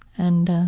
and,